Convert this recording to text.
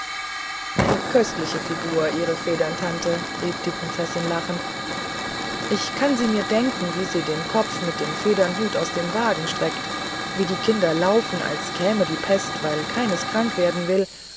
eine köstliche figur ihre federntante rief die prinzessin lachend ich kann mir sie denken wie sie den kopf mit dem federnhut aus dem wagen streckte wie die kinder laufen als käme die pest weil keines krank werden will